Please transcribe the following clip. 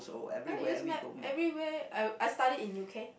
I use map everywhere I I studied in U_K